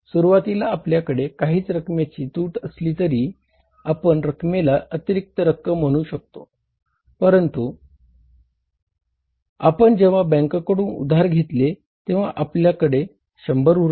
सुरुवातीला आपल्याकडे काही रकमेची तूट असली तरी आपण या रकमेला अतिरिक्त रक्कम म्हणू शकतो परंतु आपण जेंव्हा बँकेकडून उधार घेतले तेंव्हा आपल्याकडे 100 उरले